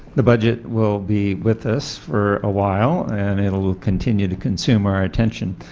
the budget will be with us for a while, and it will continue to consume our attention.